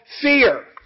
fear